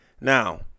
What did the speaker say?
Now